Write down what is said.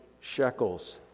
shekels